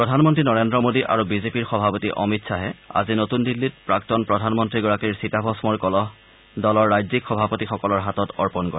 প্ৰধানমন্ত্ৰী নৰেন্দ্ৰ মোদী আৰু বিজেপিৰ সভাপতি অমিত শ্বাহে আজি নতুন দিল্লীত প্ৰাক্তন প্ৰধানমন্ত্ৰীগৰাকীৰ চিতাভস্মৰ কলহ দলৰ ৰাজ্যিক সভাপতিসকলৰ হাতত অৰ্গণ কৰে